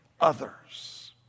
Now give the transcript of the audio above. others